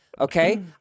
Okay